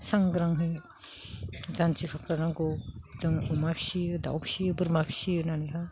सांग्रांहै जान्जि खाफ्रानांगौ जों अमा फिसियो दाउ फिसियो बोरमा फिसिनानैहा